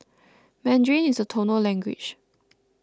mandarin is a tonal language